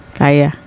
kaya